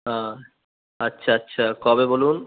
হ্যাঁ আচ্ছা আচ্ছা কবে বলুন